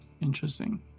interesting